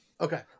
Okay